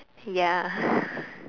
ya